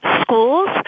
schools